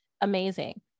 amazing